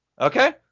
okay